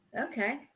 Okay